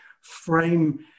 frame